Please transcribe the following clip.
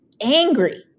angry